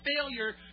failure